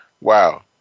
Wow